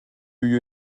you